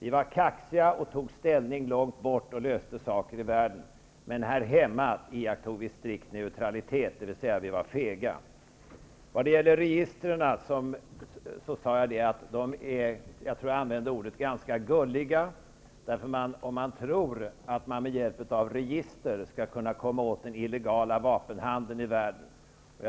Vi var kaxiga, tog ställning till sådant som skedde långt bort och löste saker i världen, men här hemma iakttog vi sträng neutralitet, dvs. vi var fega. Vad gäller registren tror jag att jag sade att de var ganska gulliga. Om man tror att man med hjälp av register skall komma åt den illegala vapenhandeln i världen har man fel.